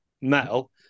metal